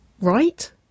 Right